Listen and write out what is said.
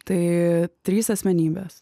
tai trys asmenybės